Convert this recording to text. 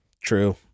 true